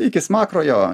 iki smakro jo